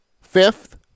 fifth